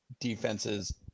defenses